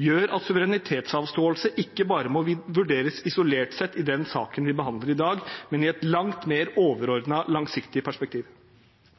gjør at suverenitetsavståelse ikke bare må vurderes isolert sett i den saken vi behandler i dag, men i et langt mer overordnet langsiktig perspektiv.